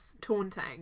taunting